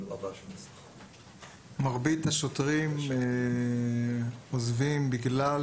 מרבית השוטרים עוזבים בגלל